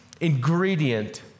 ingredient